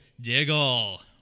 Diggle